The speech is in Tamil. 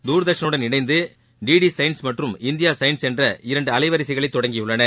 தூர்தர்ஷனுடன் இணைந்து டி டி டி சயின்ஸ் மற்றும் இந்தியா சயின்ஸ் பெயரில் இரண்டு அலைவரிசைகளை தொடங்கியுள்ளன